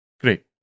great